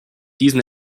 diesen